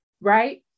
right